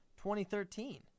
2013